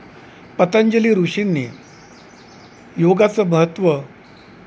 पतंजली ऋषींनी योगाचं महत्त्व